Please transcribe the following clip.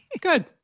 good